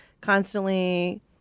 constantly